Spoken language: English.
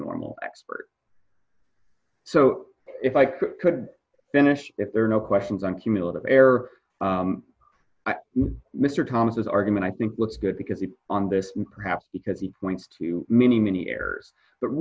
normal expert so if i could finish if there are no questions on cumulative error i made mr thomas argument i think that's good because he on this and perhaps because he points to many many errors but